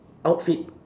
outfit